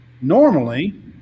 normally